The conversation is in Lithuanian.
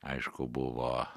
aišku buvo